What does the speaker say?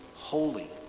holy